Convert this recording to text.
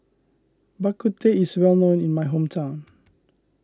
Bak Kut Teh is well known in my hometown